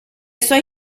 suoi